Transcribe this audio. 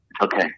Okay